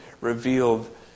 revealed